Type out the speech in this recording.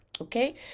Okay